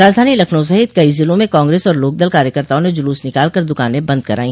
राजधानी लखनऊ सहित कई जिलों में कांग्रेस और लोकदल कार्यकर्ताओं ने जुलूस निकाल कर दुकाने बंद कराई